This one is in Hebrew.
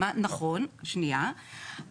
נכון שניה,